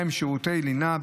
שירותי לינה,